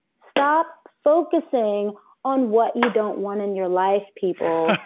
stop focusing on what you don't want in your life, people.